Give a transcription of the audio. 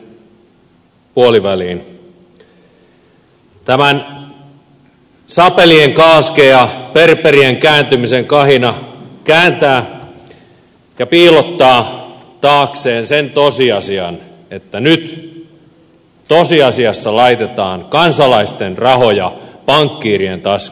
tämä sapelien kalske ja berberien kääntymisen kahina kääntää ja piilottaa taakseen sen tosiasian että nyt tosiasiassa laitetaan kansalaisten rahoja pankkiirien taskuun